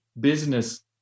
business